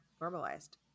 normalized